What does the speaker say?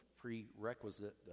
prerequisite